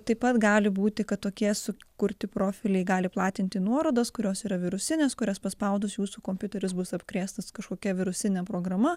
taip pat gali būti kad tokie sukurti profiliai gali platinti nuorodas kurios yra virusinės kurias paspaudus jūsų kompiuteris bus apkrėstas kažkokia virusine programa